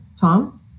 Tom